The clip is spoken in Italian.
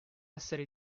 essere